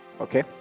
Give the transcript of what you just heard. Okay